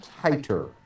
Tighter